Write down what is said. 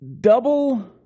double